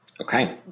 Okay